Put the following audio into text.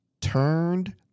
turned